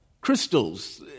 Crystals